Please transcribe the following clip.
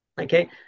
okay